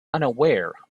unaware